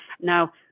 Now